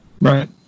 right